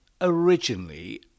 Originally